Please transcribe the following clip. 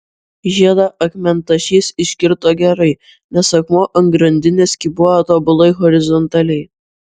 žiedą akmentašys iškirto gerai nes akmuo ant grandinės kybojo tobulai horizontaliai